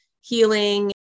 healing